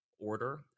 order